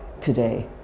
today